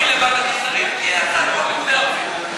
לוועדת השרים תהיה הצעת חוק לימוד ערבית.